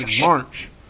March –